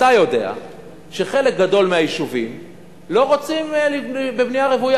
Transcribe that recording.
אתה יודע שחלק גדול מהיישובים לא רוצים בנייה רוויה,